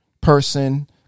person